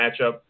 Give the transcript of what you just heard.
matchup